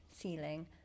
ceiling